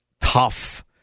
tough